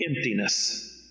emptiness